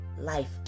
Life